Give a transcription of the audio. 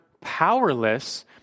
powerless